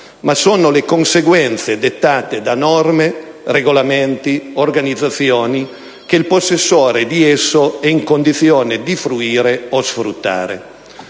ma sono le conseguenze dettate da norme, regolamenti, organizzazioni che il possessore di esso è in condizione di fruire o sfruttare.